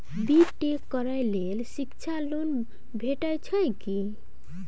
B tech करै लेल शिक्षा लोन भेटय छै की?